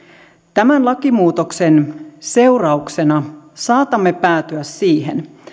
tämän lakimuutoksen seurauksena saatamme päätyä siihen